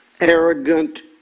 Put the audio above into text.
arrogant